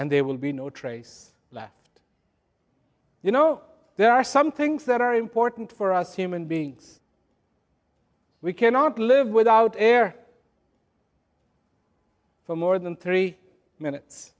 and there will be no trace left you know there are some things that are important for us human beings we cannot live without air for more than three minutes